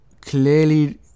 clearly